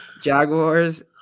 Jaguars